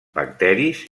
bacteris